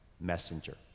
messenger